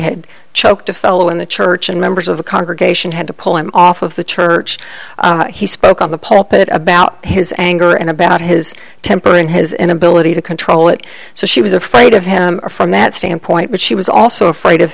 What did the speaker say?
had choked a fellow in the church members of the congregation had to pull him off of the church he spoke on the pulpit about his anger and about his temper and his inability to control it so she was afraid of him from that standpoint but she was also afraid of